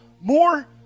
More